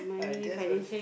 I just want